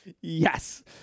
Yes